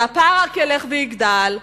והפער רק ילך ויגדל,